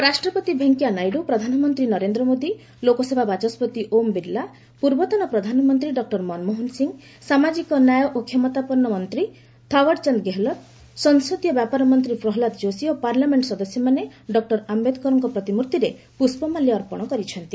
ଉପରାଷ୍ଟ୍ରପତି ଭେଙ୍କିୟା ନାଇଡୁପ୍ରଧାନମନ୍ତ୍ରୀ ନରେନ୍ଦ୍ର ମୋଦି ଲୋକସଭା ବାଚସ୍କତି ଓମ୍ ବିର୍ଲା ପୂର୍ବତନ ପ୍ରଧାନମନ୍ତ୍ରୀ ଡକ୍କର ମନମୋହନ ସିଂହ ସାମାଜିକ ନ୍ୟାୟ ଓ କ୍ଷମତାପନ୍ନ ମନ୍ତ୍ରୀ ଥାବଡ଼ଚାନ୍ଦ୍ ଗେହଲତ୍ ସଂସଦୀୟ ବ୍ୟାପାର ମନ୍ତ୍ରୀ ପ୍ରହ୍ଲାଦ ଯୋଶୀ ଓ ପାର୍ଲାମେଣ୍ଟ ସଦସ୍ୟମାନେ ଡକ୍ଟର ଆମ୍ଘେଦକରଙ୍କ ପ୍ରତିମୂର୍ତ୍ତିରେ ପୁଷ୍ପମାଲ୍ୟ ଅର୍ପଣ କରିଛନ୍ତି